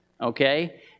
okay